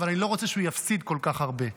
אבל אני לא רוצה שהוא יפסיד כל כך הרבה מהזיוף.